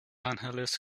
angeles